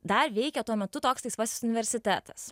dar veikė tuo metu toks laisvasis universitetas